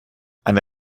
eine